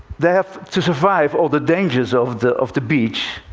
they have to survive all the dangers of the of the beach,